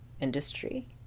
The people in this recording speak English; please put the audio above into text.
industry